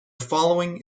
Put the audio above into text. following